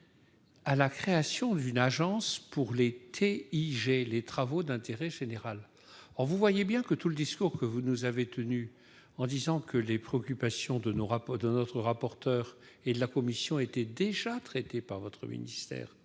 à la création d'une agence pour les TIG, les travaux d'intérêt général. Or, tout le discours que vous nous avez tenu, selon lequel les préoccupations de notre corapporteur et de la commission étaient déjà traitées par votre ministère,